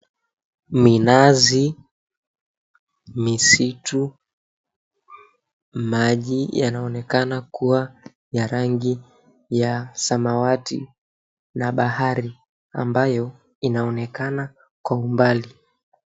Minazi, misitu, maji yanaonekana kuwa ya rangi ya samawati na bahari ambayo inaonekana kwa umbali.